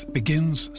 begins